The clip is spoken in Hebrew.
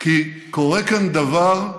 כי קורה כאן דבר,